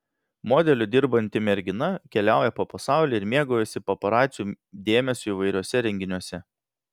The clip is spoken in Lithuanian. modeliu dirbanti mergina keliauja po pasaulį ir mėgaujasi paparacių dėmesiu įvairiuose renginiuose